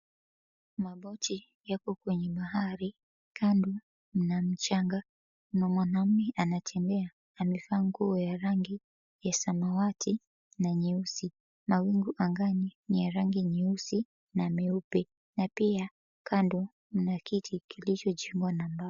Maboti yako kwenye bahari kando mna mchanga Na mwanaume anatembea amevaa nguo ya rangi, ya samawati na nyeusi na wingu angani ni ya rangi nyeusi na nyeupe. Na pia kando mna kiti kilijuju mwa namba.